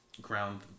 ground